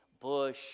Bush